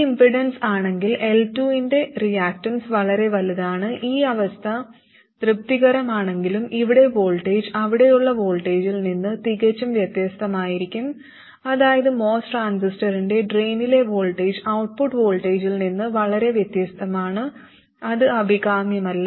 ഈ ഇംപെഡൻസ് ആണെങ്കിൽ L2 ന്റെ റിയാക്ടൻസ് വളരെ വലുതാണ് ഈ അവസ്ഥ തൃപ്തികരമാണെങ്കിലും ഇവിടെ വോൾട്ടേജ് അവിടെയുള്ള വോൾട്ടേജിൽ നിന്ന് തികച്ചും വ്യത്യസ്തമായിരിക്കും അതായത് MOS ട്രാൻസിസ്റ്ററിന്റെ ഡ്രെയിനിലെ വോൾട്ടേജ് ഔട്ട്പുട്ട് വോൾട്ടേജിൽ നിന്ന് വളരെ വ്യത്യസ്തമാണ് അത് അഭികാമ്യമല്ല